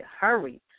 hurry